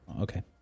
Okay